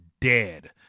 Dead